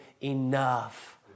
enough